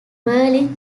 berlin